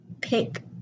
pick